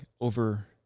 over